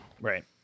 right